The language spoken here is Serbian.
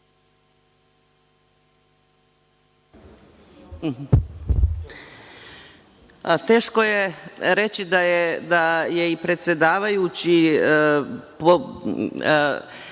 Teško je reći da je i predsedavajući